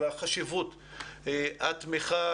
על חשיבות התמיכה,